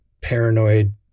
paranoid